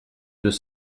deux